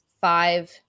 five